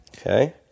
Okay